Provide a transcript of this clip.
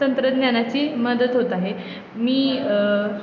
तंत्रज्ञानाची मदत होत आहे मी